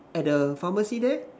at the pharmacy there